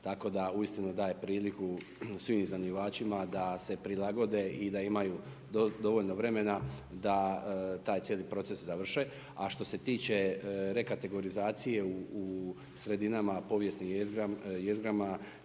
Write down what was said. tako da uistinu daje priliku svim iznajmljivačima da se prilagode i da imaju dovoljno vremena, da taj cijeli proces završe. A što se tiče rekategorizacije u sredinama povijesnim jezgrama